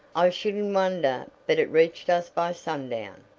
i shouldn't wonder but it reached us by sundown.